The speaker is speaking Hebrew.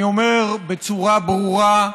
אני אומר בצורה ברורה,